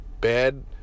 bad